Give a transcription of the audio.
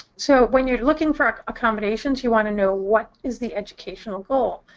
so when you're looking for accommodations, you want to know what is the educational goal.